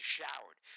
showered